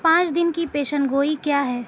پانچ دن کی پیشن گوئی کیا ہے